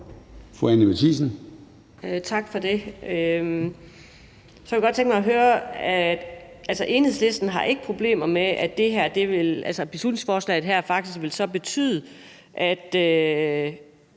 Anni Matthiesen (V): Tak for det. Så kunne jeg godt tænke mig at høre noget andet. Enhedslisten har ikke problemer med, at beslutningsforslaget her faktisk så vil betyde, at